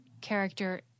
character